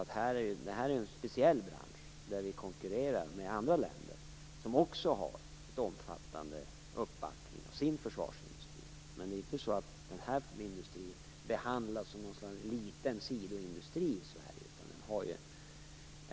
Det här är i och för sig en speciell bransch, där vi konkurrerar med andra länder som också har en omfattande uppbackning av sin försvarsindustri. Men det är inte så att den här industrin i Sverige behandlas som någon liten sidoindustri.